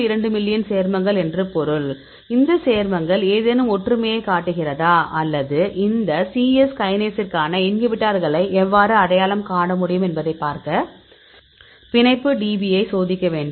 2 million சேர்மங்கள் என்று பொருள் இந்த சேர்மங்கள் ஏதேனும் ஒற்றுமையைக் காட்டுகிறதா அல்லது இந்த சி எஸ் கைனேஸிற்கான இன்ஹிபிட்டார்களை எவ்வாறு அடையாளம் காண முடியும் என்பதைப் பார்க்க பிணைப்பு DB யை சோதிக்க வேண்டும்